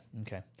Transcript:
okay